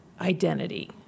identity